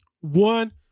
One